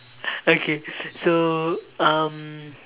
okay so um